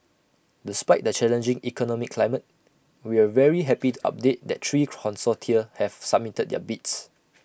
despite the challenging economic climate we're very happy to update that three consortia have submitted their bids